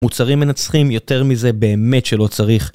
מוצרים מנצחים יותר מזה באמת שלא צריך